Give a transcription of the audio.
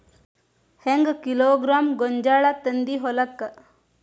ಹೆಂಗ್ ಕಿಲೋಗ್ರಾಂ ಗೋಂಜಾಳ ತಂದಿ ಹೊಲಕ್ಕ?